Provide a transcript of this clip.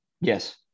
Yes